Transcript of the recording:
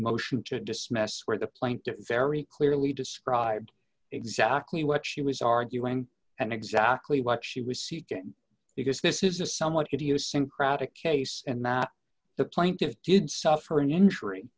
motion to dismiss where the plaintiff very clearly described exactly what she was arguing and exactly what she was seeking because this is a somewhat idiosyncratic case and the plaintiffs did suffer an injury